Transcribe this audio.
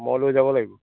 মই লৈ যাব লাগিব